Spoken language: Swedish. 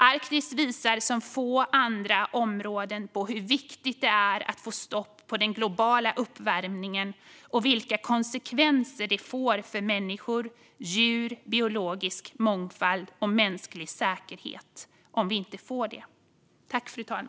Arktis visar som få andra områden hur viktigt det är att få stopp på den globala uppvärmningen och vilka konsekvenser det får för människor, djur, biologisk mångfald och mänsklig säkerhet om vi inte lyckas.